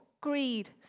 greed